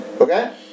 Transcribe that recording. Okay